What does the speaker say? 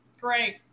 great